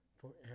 forever